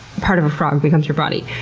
part of frog becomes your body.